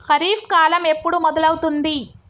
ఖరీఫ్ కాలం ఎప్పుడు మొదలవుతుంది?